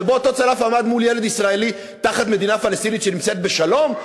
שבו אותו צלף עמד מול ילד ישראלי תחת מדינה פלסטינית שנמצאת בשלום?